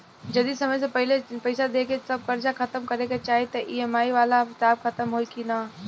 जदी समय से पहिले पईसा देके सब कर्जा खतम करे के चाही त ई.एम.आई वाला हिसाब खतम होइकी ना?